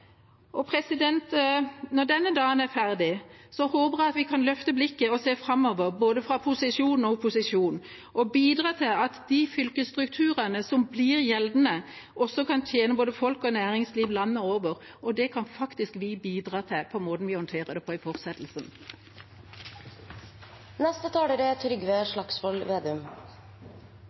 Når denne dagen er ferdig, håper jeg vi kan løfte blikket og se framover, både fra posisjonens og opposisjonens side, og bidra til at de fylkesstrukturene som blir gjeldende, også kan tjene både folk og næringsliv landet over. Det kan faktisk vi bidra til gjennom måten vi håndterer det på i fortsettelsen.